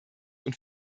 und